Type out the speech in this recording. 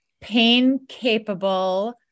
Pain-Capable